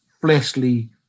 fleshly